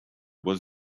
was